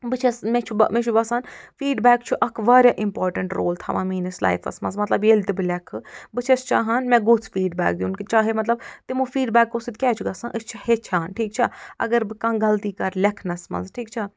بہٕ چھَس مےٚ چھُ مےٚ چھُ باسان فیٖڈبیک چھُ اکھ وارِیاہ اِمپاٹنٛٹ رول تھاوان میٲنِس لایفس منٛز مطلب ییٚلہِ تہِ بہٕ لٮ۪کھٕ بہٕ چھَس چاہان مےٚ گوٚژھ فیٖڈبیک دیُن کہِ چاہیے مطلب تِمو فیٖڈبیکو سۭتۍ کیٛاہ چھُ گَژھان أسۍ چھِ ہیٚچھان ٹھیٖک چھَا اگر بہٕ کانٛہہ غلطی کرلٮ۪کھنس منٛز ٹھیٖک چھا